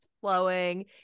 flowing